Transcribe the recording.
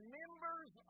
members